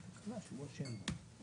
אני חושבת שאתה פונה לבן אדם הלא